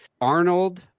Arnold